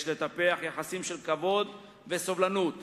יש לטפח יחסים של כבוד וסובלנות